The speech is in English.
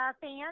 fans